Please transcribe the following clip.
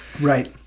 Right